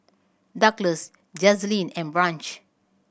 Douglas Jazlene and Branch